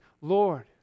Lord